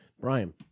brian